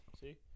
See